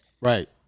Right